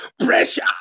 pressure